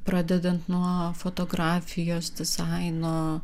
pradedant nuo fotografijos dizaino